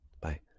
Bye